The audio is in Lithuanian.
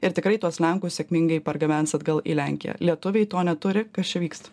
ir tikrai tuos lenkus sėkmingai pargabens atgal į lenkiją lietuviai to neturi kas čia vyksta